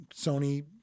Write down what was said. Sony